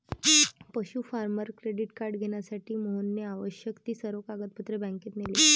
पशु farmer credit card घेण्यासाठी मोहनने आवश्यक ती सर्व कागदपत्रे बँकेत नेली